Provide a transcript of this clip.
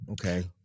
okay